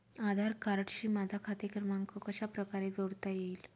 आधार कार्डशी माझा खाते क्रमांक कशाप्रकारे जोडता येईल?